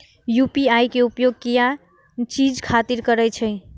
UPI के उपयोग किया चीज खातिर करें परे छे?